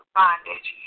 bondage